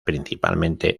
principalmente